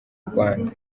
rwanda